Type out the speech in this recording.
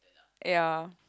ya